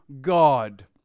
God